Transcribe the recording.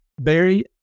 barry